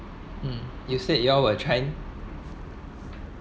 mm instead you all were trying